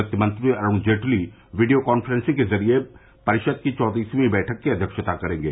वित्त मंत्री Arun Jaitley video conferencing के जरिए परिषद की चौंतसवीं बैठक की अव्यक्षता करेंगे